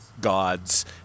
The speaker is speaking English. gods